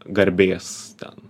garbės ten